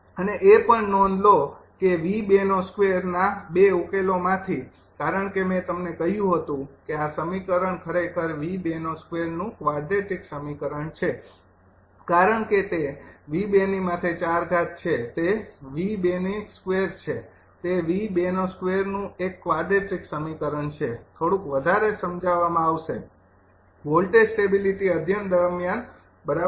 અને એ પણ નોંધ લો કે ના ૨ ઉકેલોમાંથી કારણ કે મેં તમને કહ્યું હતું કે આ સમીકરણ ખરેખર નું ક્વાડ્રેટીક સમીકરણ છે કારણ કે તે છે તે છે તે નું એક ક્વાડ્રેટીક સમીકરણ છે થોડું વધારે સમજવવામાં આવશે વોલ્ટેજ સ્ટેબીલીટી અધ્યયન દરમિયાન બરાબર